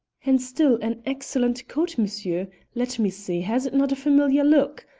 and still an excellent coat, monsieur. let me see has it not a familiar look?